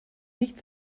nicht